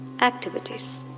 activities